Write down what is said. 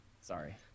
Sorry